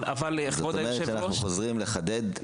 וזאת אומרת שאנחנו חוזרים לחדד,